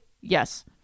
yes